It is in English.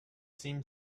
seem